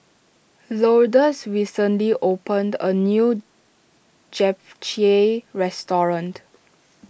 Lourdes recently opened a new Japchae restaurant